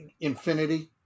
Infinity